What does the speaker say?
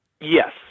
yes